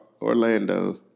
Orlando